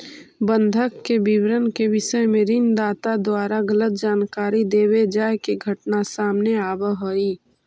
बंधक के विवरण के विषय में ऋण दाता द्वारा गलत जानकारी देवे जाए के घटना सामने आवऽ हइ